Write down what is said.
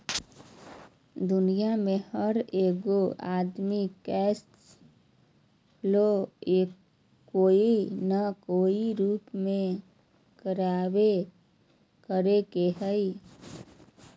दुनिया में हर एगो आदमी कैश फ्लो कोय न कोय रूप में करबे करो हइ